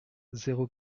zéro